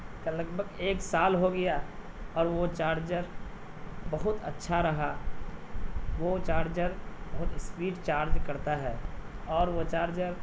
کا لگ بھگ ایک سال ہو گیا اور وہ چارجر بہت اچھا رہا وہ چارجر بہت اسپیڈ چارج کرتا ہے اور وہ چارجر